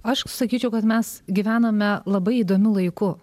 aš sakyčiau kad mes gyvename labai įdomiu laiku